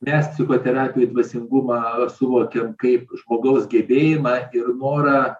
mes psichoterapijoj dvasingumą suvokiam kaip žmogaus gebėjimą ir norą